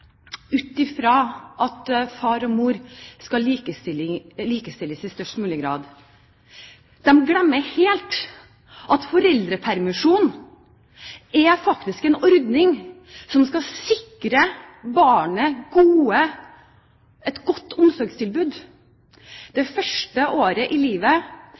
ut fra at far og mor skal likestilles i størst mulig grad. De glemmer helt at foreldrepermisjon faktisk er en ordning som skal sikre barnet et godt omsorgstilbud. Det første året i livet